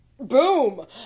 Boom